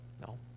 No